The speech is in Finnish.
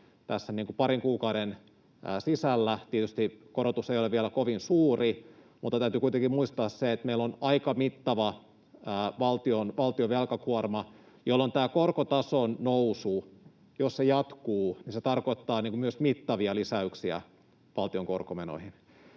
tässä parin kuukauden sisällä. Tietysti korotus ei ole vielä kovin suuri, mutta täytyy kuitenkin muistaa se, että meillä on aika mittava valtion velkakuorma, jolloin tämä korkotason nousu, jos se jatkuu, tarkoittaa myös mittavia lisäyksiä valtion korkomenoihin.